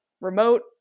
remote